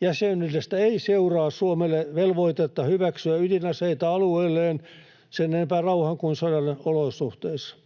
Jäsenyydestä ei seuraa Suomelle velvoitetta hyväksyä ydinaseita alueelleen sen enempää rauhan kuin sodan olosuhteissa.